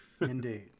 Indeed